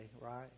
right